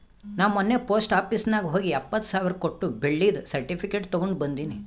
ನಾ ಮೊನ್ನೆ post office ನಾಗ್ ಹೋಗಿ ಎಪ್ಪತ್ ಸಾವಿರ್ ಕೊಟ್ಟು ಬೆಳ್ಳಿದು ಸರ್ಟಿಫಿಕೇಟ್ ತಗೊಂಡ್ ಬಂದಿನಿ